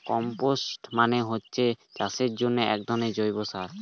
compost মানে হচ্ছে চাষের জন্যে একধরনের জৈব সার